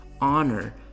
honor